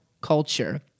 culture